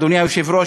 אדוני היושב-ראש,